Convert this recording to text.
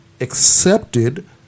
accepted